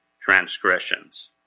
transgressions